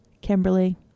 kimberly